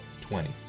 Twenty